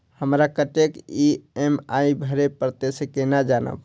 हमरा कतेक ई.एम.आई भरें परतें से केना जानब?